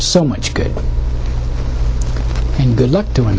so much good and good luck doing